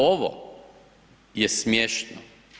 Ovo je smiješno.